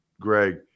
Greg